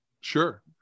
Sure